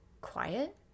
quiet